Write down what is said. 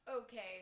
okay